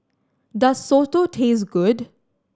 does soto taste good